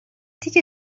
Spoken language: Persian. تیکه